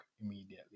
immediately